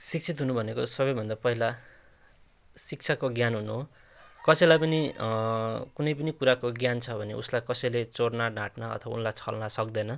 शिक्षित हुनु भनेको सबैभन्दा पहिला शिक्षाको ज्ञान हुनु हो कसैलाई पनि कुनै पनि कुराको ज्ञान छ भने उसलाई कसैले चोर्न ठाँट्न अथवा उसलाई छल्न सक्दैन